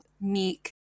meek